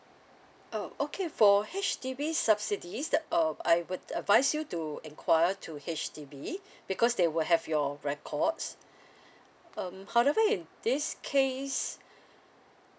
orh okay for H_D_B subsidies the um I would advise you to enquire to H_D_B because they will have your records um however in this case